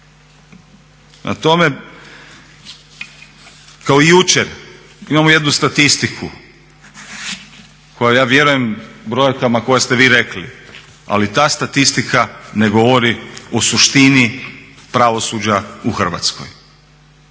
tome, kao i jučer, imamo jednu statistiku koja ja vjerujem brojkama koje ste vi rekli, ali ta statistika ne govori o suštini pravosuđa u Hrvatskoj.